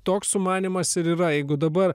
toks sumanymas ir yra jeigu dabar